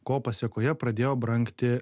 ko pasekoje pradėjo brangti